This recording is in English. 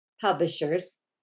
publishers